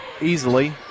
easily